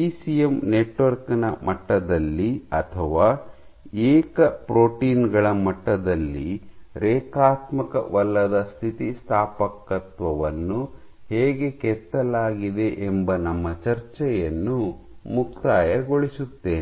ECM network ನ ಮಟ್ಟದಲ್ಲಿ ಅಥವಾ ಏಕ ಪ್ರೋಟೀನ್ ಗಳ ಮಟ್ಟದಲ್ಲಿ ರೇಖಾತ್ಮಕವಲ್ಲದ ಸ್ಥಿತಿಸ್ಥಾಪಕತ್ವವನ್ನು ಹೇಗೆ ಕೆತ್ತಲಾಗಿದೆ ಎಂಬ ನಮ್ಮ ಚರ್ಚೆಯನ್ನು ಮುಕ್ತಾಯಗೊಳಿಸುತ್ತೇನೆ